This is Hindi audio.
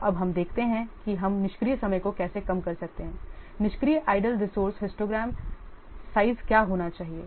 तो अब देखते हैं कि हम निष्क्रिय समय को कैसे कम कर सकते हैं निष्क्रिय आइडल रिसोर्स हिस्टोग्राम साइंज क्या होना चाहिए